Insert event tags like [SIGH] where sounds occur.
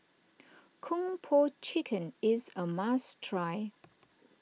[NOISE] Kung Po Chicken is a must try